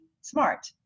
smart